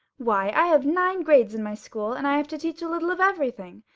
why, i have nine grades in my school and i have to teach a little of everything,